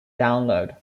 download